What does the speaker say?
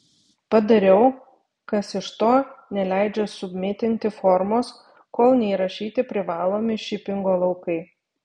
padariau kas iš to neleidžia submitinti formos kol neįrašyti privalomi šipingo laukai